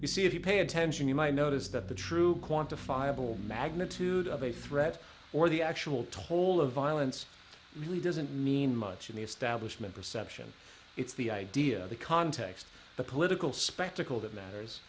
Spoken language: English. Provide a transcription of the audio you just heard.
you see if you pay attention you might notice that the true quantifiable magnitude of a threat or the actual toll of violence really doesn't mean much in the establishment perception it's the idea the context the political spectacle that matters